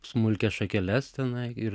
smulkias šakeles tenai ir